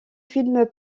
film